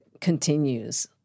continues